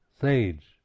sage